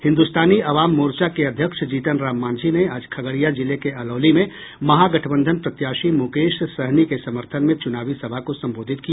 हिन्द्रस्तानी अवाम मोर्चा के अध्यक्ष जीतनराम मांझी ने आज खगड़िया जिले के अलौली में महागठबंधन प्रत्याशी मुकेश सहनी के समर्थन में चुनावी सभा को संबोधित किया